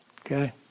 Okay